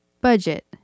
Budget